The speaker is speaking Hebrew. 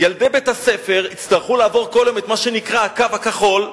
ילדי בית-הספר יצטרכו לעבור כל יום את מה שנקרא "הקו הכחול".